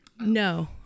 no